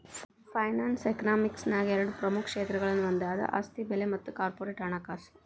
finance economics ನ್ಯಾಗ ಎರಡ ಪ್ರಮುಖ ಕ್ಷೇತ್ರಗಳನ್ನ ಹೊಂದೆದ ಆಸ್ತಿ ಬೆಲೆ ಮತ್ತ ಕಾರ್ಪೊರೇಟ್ ಹಣಕಾಸು